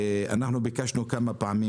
ביקשנו כמה פעמים,